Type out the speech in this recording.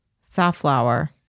safflower